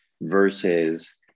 versus